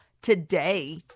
Today